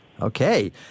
Okay